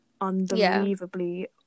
unbelievably